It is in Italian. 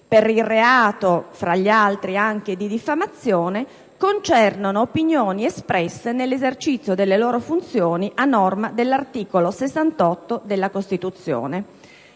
per il reato - fra gli altri - anche di diffamazione, concernono opinioni espresse nell'esercizio delle loro funzioni a norma dell'articolo 68 della Costituzione.